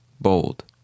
Bold